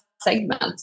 segment